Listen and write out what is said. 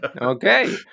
Okay